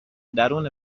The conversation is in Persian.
درون